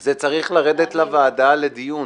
זה צריך לרדת לוועדה לדיון